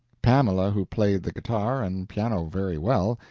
pamela, who played the guitar and piano very well,